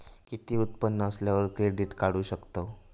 किती उत्पन्न असल्यावर क्रेडीट काढू शकतव?